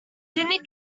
sydney